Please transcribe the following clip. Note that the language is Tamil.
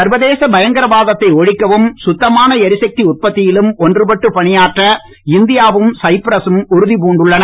சர்வதேச பயங்கரவாதத்தை ஒழிக்கவும் கத்தமான எரிசக்தி உற்பத்தியிலும் ஒன்றுபட்டு பணியாற்ற இந்தியாவும் சைப்ரகம் உறுதி பூண்டுள்ளன